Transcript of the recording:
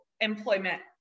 employment